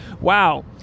wow